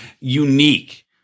unique